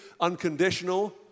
unconditional